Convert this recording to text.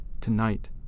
tonight